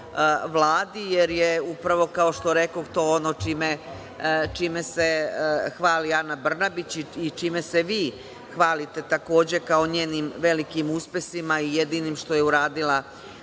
Vladi, jer je, upravo, kao što rekoh, to ono čime se hvali Ana Brnabić i čime se vi hvalite, takođe, kao njenim velim uspesima i jedinim što je uradila